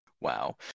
Wow